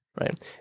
Right